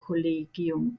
kollegium